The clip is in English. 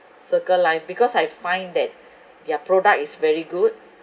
circle life because I find that their product is very good